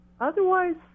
otherwise